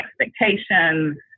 expectations